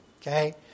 Okay